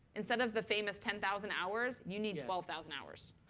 instead of the famous ten thousand hours, you need twelve thousand hours.